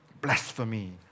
Blasphemy